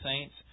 saints